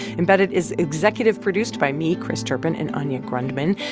embedded is executive produced by me, chris turpin and anya grundmann.